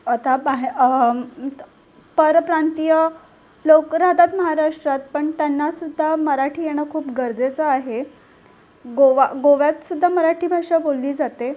अता बाहे परप्रांतीय लोक राहतात महाराष्ट्रात पण त्यांनासुद्धा मराठी येणं खूप गरजेचं आहे गोवा गोव्यातसुद्धा मराठी भाषा बोलली जाते